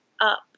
up